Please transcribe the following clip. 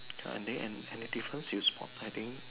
and then and any difference you spot hiding